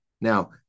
Now